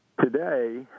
Today